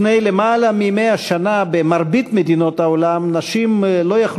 לפני יותר מ-100 שנה במרבית מדינות העולם נשים לא היו